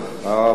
ואחריו,